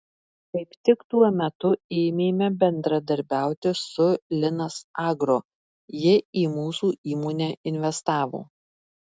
kaip tik tuo metu ėmėme bendradarbiauti su linas agro jie į mūsų įmonę investavo